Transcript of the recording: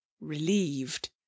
relieved